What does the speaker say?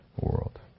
world